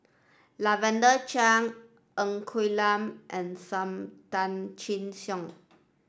Lavender Chang Ng Quee Lam and Sam Tan Chin Siong